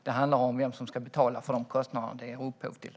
Det handlar om vem som ska betala för de kostnader som detta ger upphov till.